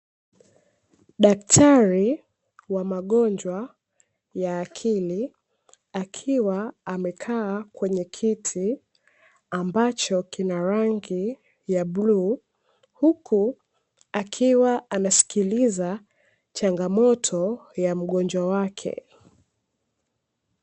Daktari wa magonjwa ya akili, akiwa amekaa kwenye kiti, ambacho kina rangi ya blue, huku akiwa anasikiliza changamoto ya mgonjwa wake.